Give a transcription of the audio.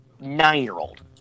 nine-year-old